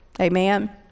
Amen